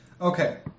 Okay